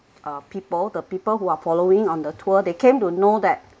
uh people the people who are following on the tour they came to know that